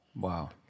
Wow